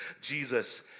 Jesus